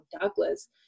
douglas